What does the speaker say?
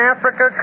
Africa